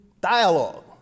dialogue